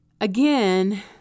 again